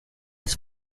has